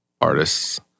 artists